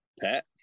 pat